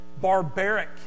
barbaric